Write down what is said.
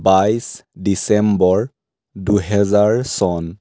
বাইছ ডিচেম্বৰ দুহেজাৰ চন